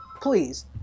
Please